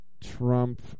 Trump